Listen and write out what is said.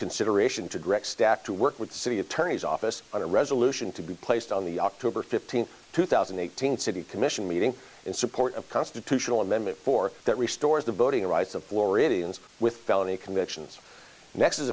consideration to direct staff to work with the city attorney's office on a resolution to be placed on the october fifteenth two thousand and eighteen city commission meeting in support of constitutional amendment for that restores the voting rights of floridians with felony convictions next